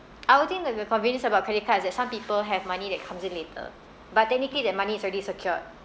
I would think that the convenience about credit card is that some people have money that comes in later but technically their money is already secured